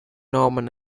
norman